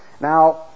Now